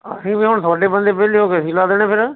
ਅਸੀਂ ਫਿਰ ਹੁਣ ਤੁਹਾਡੇ ਬੰਦੇ ਵਿਹਲੇ ਹੋ ਗਏ ਅਸੀਂ ਲਾ ਦੇਣੇ ਫਿਰ